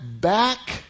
back